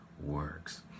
Works